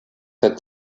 had